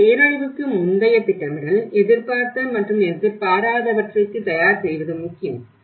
பின்னர் பேரழிவுக்கு முந்தைய திட்டமிடல் எதிர்பார்த்த மற்றும் எதிர்பாராதவற்றுக்கு தயார் செய்வது முக்கியம்